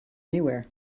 anywhere